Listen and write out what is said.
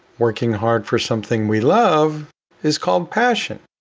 working hard for something we love is called passion.